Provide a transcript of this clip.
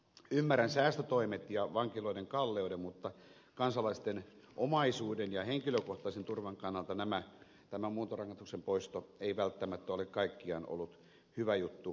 ymmärrän säästötoimet ja vankiloiden kalleuden mutta kansalaisten omaisuuden ja henkilökohtaisen turvan kannalta tämä muuntorangaistuksen poisto ei välttämättä ole kaikkiaan ollut hyvä juttu